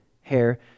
hair